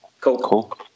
Cool